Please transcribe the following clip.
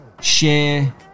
share